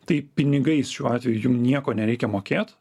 tai pinigais šiuo atveju jum nieko nereikia mokėt